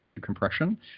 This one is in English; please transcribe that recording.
Compression